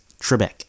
Trebek